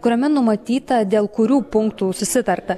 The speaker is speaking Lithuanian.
kuriame numatyta dėl kurių punktų susitarta